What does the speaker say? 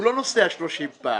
הוא לא נוסע 30 פעם.